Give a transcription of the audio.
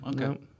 Okay